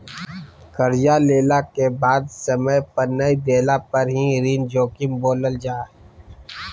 कर्जा लेला के बाद समय पर नय देला पर ही ऋण जोखिम बोलल जा हइ